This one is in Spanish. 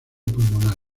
pulmonar